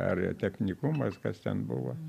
ar technikumas kas ten buvo